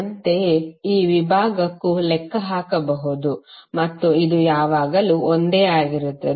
ಅಂತೆಯೇ ಈ ವಿಭಾಗಕ್ಕೂ ಲೆಕ್ಕ ಹಾಕಬಹುದು ಮತ್ತು ಇದು ಯಾವಾಗಲೂ ಒಂದೇ ಆಗಿರುತ್ತದೆ